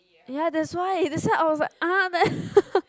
ya that why that why I was like ah then